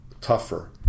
tougher